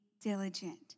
diligent